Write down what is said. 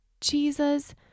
Jesus